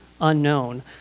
unknown